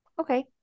Okay